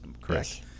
correct